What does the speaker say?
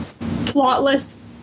plotless